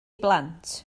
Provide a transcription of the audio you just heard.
blant